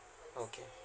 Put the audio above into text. okay